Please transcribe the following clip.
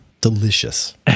Delicious